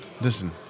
listen